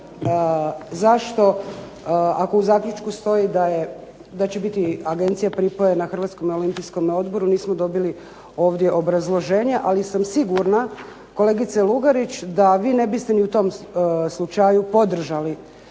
zašto ako u zaključku stoji da će biti agencija pripojena HOO-u nismo dobili ovdje obrazloženje, ali sam sigurna kolegice Lugarić da vi ne biste ni u tom slučaju podržali